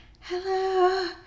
hello